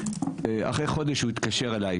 אחרי חודש הוא התקשר אליי,